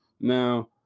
Now